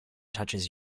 touches